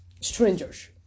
strangers